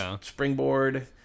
springboard